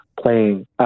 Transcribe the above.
playing